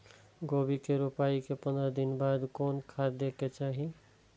गोभी के रोपाई के पंद्रह दिन बाद कोन खाद दे के चाही?